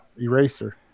eraser